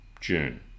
June